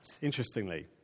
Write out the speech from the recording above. interestingly